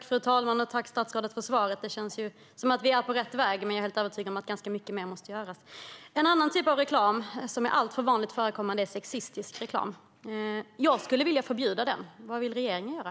Fru talman! Tack, statsrådet, för svaret! Det känns ju som om vi är på rätt väg, även om jag är helt övertygad om att ganska mycket mer måste göras. En annan typ av reklam som är alltför vanligt förekommande är sexistisk reklam. Jag skulle vilja förbjuda den. Vad vill regeringen göra?